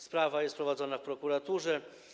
Sprawa jest prowadzona w prokuraturze.